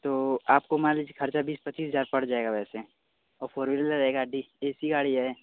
तो आपको मान लीजिए खर्चा बीस पच्चीस हजार पड़ जाएगा वैसे ओ फोर व्हीलर रहेगा ऐ सी गाड़ी है